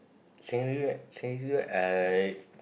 secondary school secondary school I